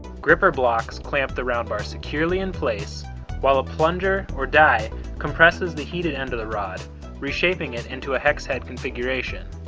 gripper blocks clamp the round bar securely in place while a plunger or die compresses the heated end of the rod reshaping it into the hex head configuration.